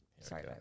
Sorry